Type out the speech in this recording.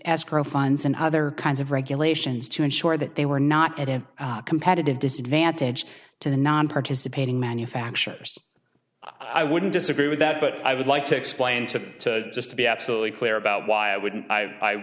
pro funds and other kinds of regulations to ensure that they were not at any competitive disadvantage to nonparticipating manufacturers i wouldn't disagree with that but i would like to explain to just to be absolutely clear about why wouldn't i